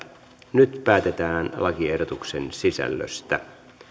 nyt päätetään lakiehdotuksen sisällöstä